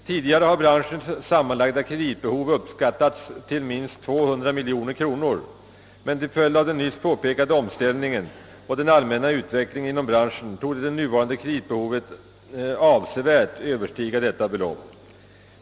Tidigare har branschens sammanlagda kreditbehov uppskattats till minst 200 miljoner kronor, men till följd av den nyss nämnda omställningen och den allmänna utvecklingen inom branschen torde det nuvarande kreditbehovet avsevärt överstiga detta belopp.